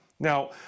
Now